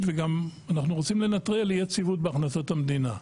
ואנחנו גם רוצים לנטרל אי יציבות בהכנסות המדינה.